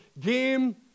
Game